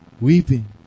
Weeping